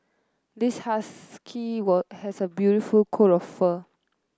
this husky were has a beautiful coat of fur